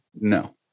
No